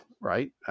right